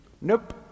Nope